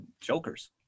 Jokers